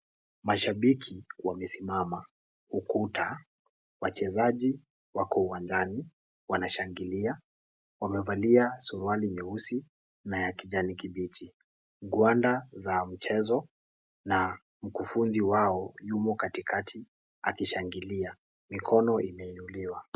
Mashabiki wamesimama ukuta wachezaji wako uwanjani wanashangilia wamevalia suruali nyeusi na ya kijani kibichi gwanda za mchezo na mkufunzi wao yumo katikati akishangilia , mikono imeinuliwa.